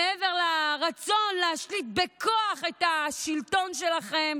מעבר לרצון להשתית בכוח את השלטון שלכם